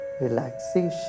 relaxation